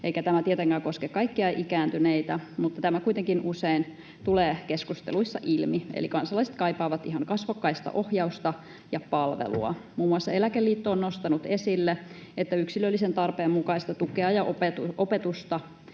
eikä tämä tietenkään koske kaikkia ikääntyneitä, mutta tämä kuitenkin usein tulee keskusteluissa ilmi, eli kansalaiset kaipaavat ihan kasvokkaista ohjausta ja palvelua. Muun muassa Eläkeliitto on nostanut esille, että yksilöllisen tarpeen mukaista tukea ja opetusta